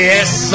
Yes